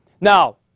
Now